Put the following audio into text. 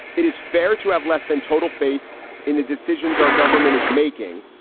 it is fair to have less than total faith in the decisions our government is making.